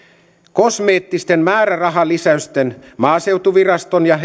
kosmeettisten määrärahalisäysten maaseutuviraston ja